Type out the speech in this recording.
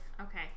Okay